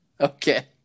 Okay